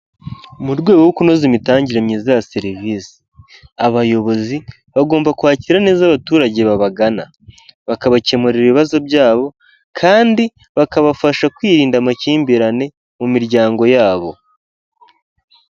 Mu rwego rwo kunoza imitangire myiza ya serivisi abayobozi bagomba kwakira neza abaturage babagana, bakabakemurira ibibazo byabo kandi bakabafasha kwirinda amakimbirane mu miryango yabo.